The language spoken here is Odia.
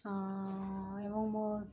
ହଁ ଏବଂ ମୋ